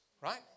right